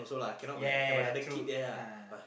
yeah yeah yeah yeah true